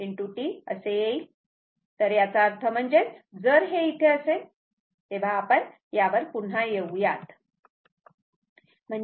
तेव्हा मी हे साफ करतो तर याचा अर्थ म्हणजेच जर हे इथे असेल आपण यावर पुन्हा येऊयात